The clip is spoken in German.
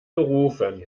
gerufen